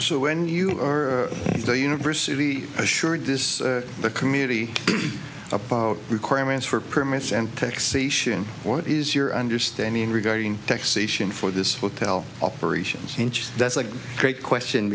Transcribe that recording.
so when you or the university assured this the community about requirements for permits and taxation what is your understanding regarding taxation for this hotel operations that's a great question